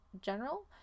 general